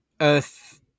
Earth